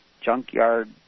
junkyard